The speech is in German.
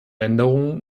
änderungen